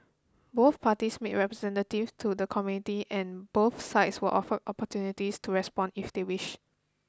both parties made representative to the Community and both sides were offered opportunities to respond if they wished